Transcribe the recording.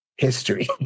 History